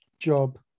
job